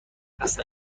اصلن